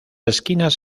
esquinas